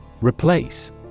Replace